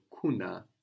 kuna